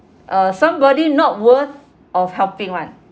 uh somebody not worth of helping [one]